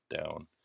down